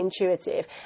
intuitive